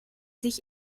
sich